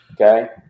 Okay